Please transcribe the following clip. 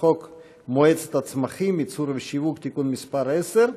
חוק מועצת הצמחים (ייצור ושיווק) (תיקון מס' 10),